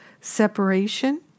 separation